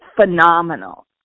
phenomenal